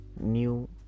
new